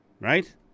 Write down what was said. right